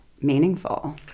meaningful